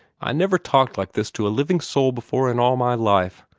i never talked like this to a living soul before in all my life.